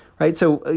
right? so, you